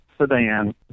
sedan